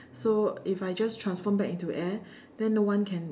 so if I just transform back into air then no one can